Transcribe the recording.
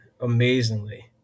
amazingly